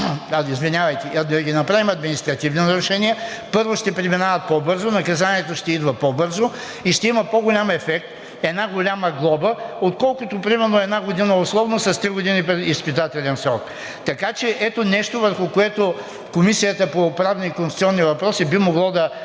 ги изведем оттам – да ги направим административни нарушения. Първо ще преминават по-бързо, наказанието ще идва по-бързо и ще има по-голям ефект една голяма глоба, отколкото например една година условно с три години изпитателен срок. Ето нещо, върху което Комисията по правни и конституционни въпроси би могла да